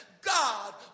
God